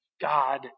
God